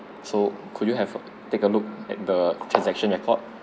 so could you have take a look at the transaction record